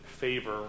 favor